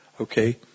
Okay